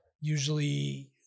usually